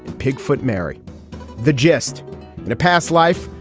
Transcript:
pig foot. marry the jest in a past life,